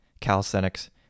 calisthenics